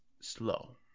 slow